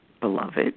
beloved